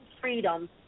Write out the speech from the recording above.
freedom